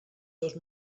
seus